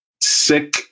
sick